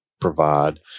provide